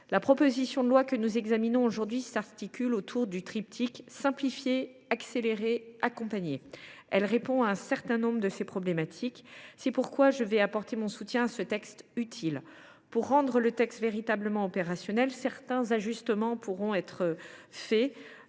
La proposition de loi que nous examinons aujourd’hui s’articule autour du triptyque simplifier accélérer accompagner. Elle répond à un certain nombre de ces problèmes. Je le répète, j’apporte tout mon soutien à ce texte utile. Pour le rendre véritablement opérationnel, certains ajustements sont néanmoins